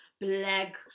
black